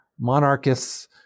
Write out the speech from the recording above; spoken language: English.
monarchists